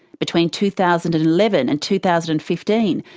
between two thousand and eleven and two thousand and fifteen,